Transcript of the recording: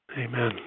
Amen